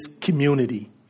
community